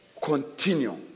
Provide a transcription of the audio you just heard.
continue